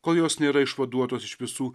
kol jos nėra išvaduotos iš visų